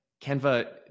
Canva